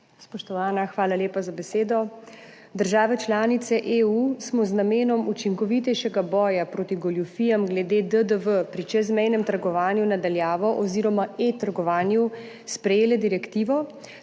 Spoštovani, hvala lepa za besedo. Države članice EU smo z namenom učinkovitejšega boja proti goljufijam glede DDV pri čezmejnem trgovanju na daljavo oziroma e-trgovanju sprejele direktivo,